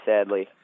Sadly